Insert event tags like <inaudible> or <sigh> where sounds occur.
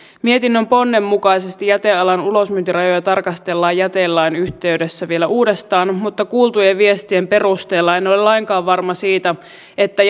mietinnön ponnen mukaisesti jätealan ulosmyyntirajoja tarkastellaan jätelain yhteydessä vielä uudestaan mutta kuultujen viestien perusteella en ole lainkaan varma siitä että <unintelligible>